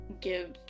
give